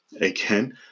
Again